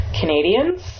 Canadians